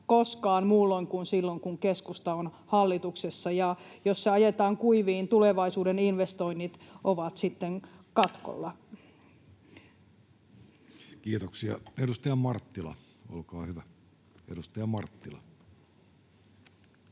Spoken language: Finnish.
koskaan muulloin kuin silloin, kun keskusta on hallituksessa, ja jos se ajetaan kuiviin, tulevaisuuden investoinnit ovat sitten katkolla. [Speech 162] Speaker: